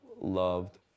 loved